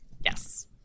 yes